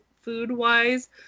food-wise